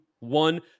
one